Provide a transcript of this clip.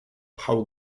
pchał